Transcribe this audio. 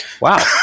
wow